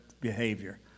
behavior